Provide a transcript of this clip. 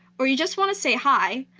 or you just want to say hi,